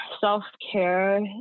self-care